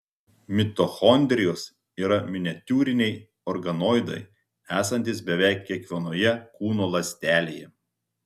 mitochondrijos yra miniatiūriniai organoidai esantys beveik kiekvienoje kūno ląstelėje